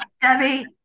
Debbie